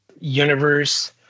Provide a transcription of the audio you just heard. universe